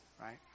right